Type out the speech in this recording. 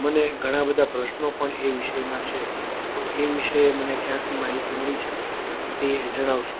મને ઘણા બધા પ્રશ્નો પણ એ વિષયમાં છે તો એ વિષય મને ક્યાંથી માહિતી મળી શકે તે જણાવશો